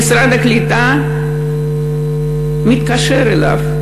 המשרד מתקשר אליו.